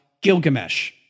Gilgamesh